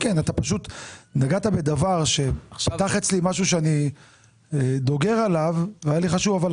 אתה נגעת בדבר שפתח אצלי משהו שאני דוגר עליו והיה לי חשוב לומר,